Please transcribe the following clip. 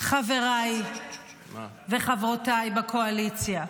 חבריי וחברותיי בקואליציה?